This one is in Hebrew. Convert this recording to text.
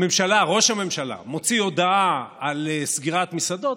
ראש הממשלה מוציא הודעה על סגירת מסעדות,